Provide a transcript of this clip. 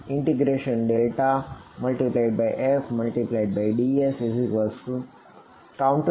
ndl